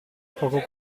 poco